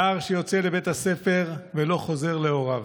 נער שיוצא לבית הספר ולא חוזר להוריו.